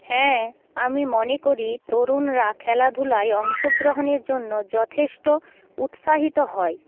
হ্যাঁ আমি মনে করি তরুণরা খেলাধুলায় অংশগ্রহণের জন্য যথেষ্ট উৎসাহিত হয়